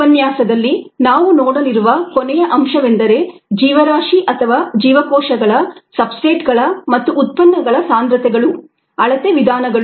ಈ ಉಪನ್ಯಾಸದಲ್ಲಿ ನಾವು ನೋಡಲಿರುವ ಕೊನೆಯ ಅಂಶವೆಂದರೆ ಜೀವರಾಶಿ ಅಥವಾ ಜೀವಕೋಶಗಳ ಸಬ್ಸ್ಟ್ರೇಟ್ಸ್ಗಳ ಮತ್ತು ಉತ್ಪನ್ನಗಳ ಸಾಂದ್ರತೆಗಳು ಅಳತೆ ವಿಧಾನಗಳು